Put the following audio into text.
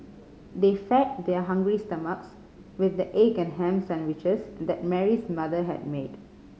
they fed their hungry stomachs with the egg and ham sandwiches that Mary's mother had made